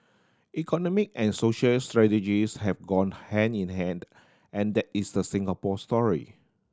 economy and social strategies have gone hand in hand and that is the Singapore story